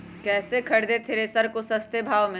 कैसे खरीदे थ्रेसर को सस्ते भाव में?